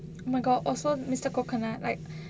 oh my god also Mister Coconut like